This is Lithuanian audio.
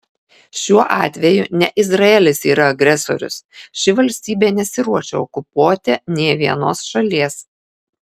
ir šiuo atveju ne izraelis yra agresorius ši valstybė nesiruošia okupuoti nė vienos šalies